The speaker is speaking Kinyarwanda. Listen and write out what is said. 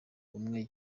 umwe